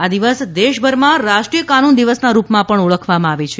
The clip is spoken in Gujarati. આ દિવસ દેશભરમાં રાષ્ટ્રીય કાનૂન દિવસના રૂપમાં પણ ઓળખવામાં આવે છે